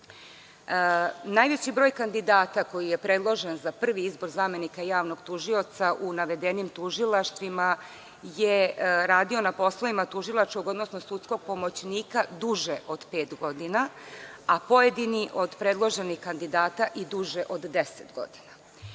broj kandidata koji je predložen za prvi izbor zamenika javnog tužioca u navedenim tužilaštvima je radio na poslovima tužilačkog, odnosno sudskog pomoćnika duže od pet godina, a pojedini od predloženih kandidata i duže od deset godina.